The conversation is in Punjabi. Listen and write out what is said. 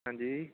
ਹਾਂਜੀ